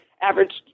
average